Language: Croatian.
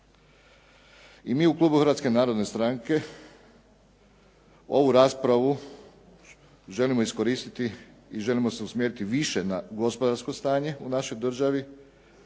I mi u klubu Hrvatske narodne stranke ovu raspravu želimo iskoristiti i želimo se usmjeriti više na gospodarsko stanje u našoj državi.